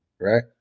right